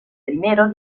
primero